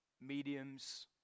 mediums